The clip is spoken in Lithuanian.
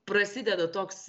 prasideda toks